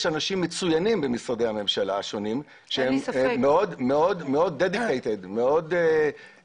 יש אנשים מצוינים במשרדי הממשלה השונים שהם מאוד מחויבים ומקדישים